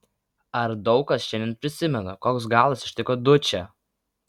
ar daug kas šiandien prisimena koks galas ištiko dučę